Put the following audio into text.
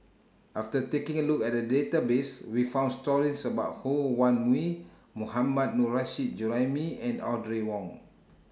after taking A Look At The Database We found stories about Ho Wan Me Mohammad Nurrasyid Juraimi and Audrey Wong